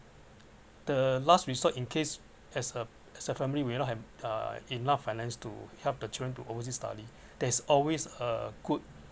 the last resource in case as a as a family we not have uh enough finance to help the children to go overseas study there's always a good